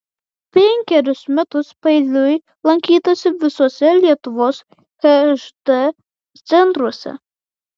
penkerius metus paeiliui lankytasi visuose lietuvos hd centruose